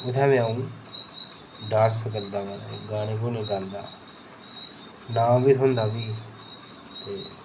उत्थै बी अ'ऊं डांस करदा मतलब गाने गूने गांदा नाम बी थ्होंदा भी ते